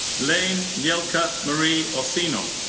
layna jelka marie orsino.